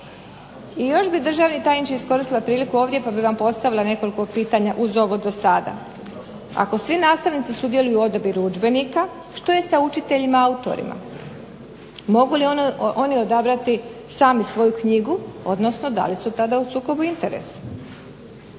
I još bih državni tajniče iskoristila priliku ovdje pa bih vam postavila pitanje uz ovo do sada. Ako svi nastavnici sudjeluju u odabiru udžbenika što je sa učiteljima autorima. Mogu li oni odabrati sami svoju knjigu odnosno da li su tada u sukobu interesa.